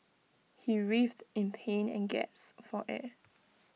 he writhed in pain and gasped for air